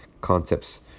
concepts